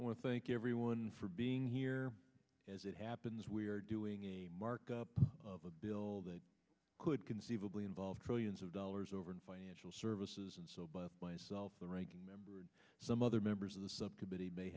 to thank everyone for being here as it happens we are doing a markup of a bill that could conceivably involve trillions of dollars over and financial services and so by myself the ranking member and some other members of the subcommittee may